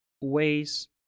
ways